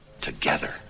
together